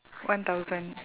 one thousand